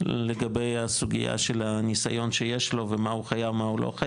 לגבי הסוגיה של הניסיון שיש לו ומה הוא חייב ומה לא,